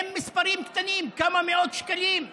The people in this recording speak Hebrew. אלה מספרים קטנים, כמה מאות שקלים,